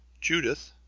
Judith